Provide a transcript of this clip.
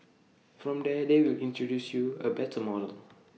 from there they will introduce you A 'better' model